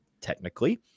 technically